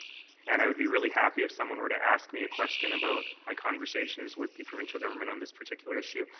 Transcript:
and i would be really happy if someone were to ask me a question about my conversations with the provincial government on this particular issue.